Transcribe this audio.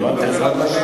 אני אמרתי חד-משמעית.